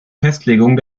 festlegung